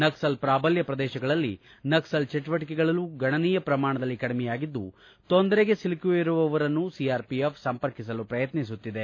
ನಕ್ಸಲ್ ಪೂಬಲ್ಲ ಪ್ರದೇಶಗಳಲ್ಲಿ ನಕ್ಸಲ್ ಚಟುವಟಕೆಗಳು ಗಣನೀಯ ಪ್ರಮಾಣದಲ್ಲಿ ಕಡಿಮೆಯಾಗಿದ್ದು ತೊಂದರೆಗೆ ಸಿಲುಕಿರುವವರನ್ನು ಸಿಆರ್ಪಿಎಫ್ ಸಂಪರ್ಕಿಸಲು ಪ್ರಯತ್ನಿಸುತ್ತಿದೆ